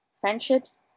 friendships